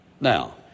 Now